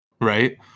Right